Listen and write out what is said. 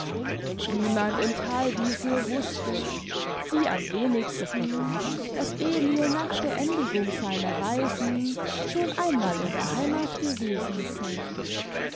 niemand in thalwiese wußte sie am wenigsten daß emil nach beendigung seiner reisen schon einmal in der heimath gewesen sei